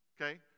Okay